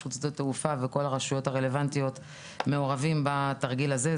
רשות שדות התעופה וכל הרשויות הרלוונטיות מעורבים בתרגיל הזה.